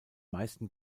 meisten